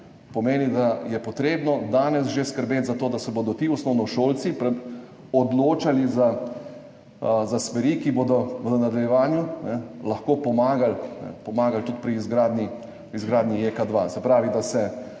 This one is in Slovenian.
Pomeni, da je potrebno že danes skrbeti za to, da se bodo ti osnovnošolci odločali za smeri, ki bodo v nadaljevanju lahko pomagale tudi pri izgradnji JEK2.